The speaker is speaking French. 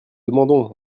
demandons